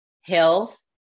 health